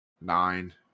nine